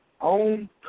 own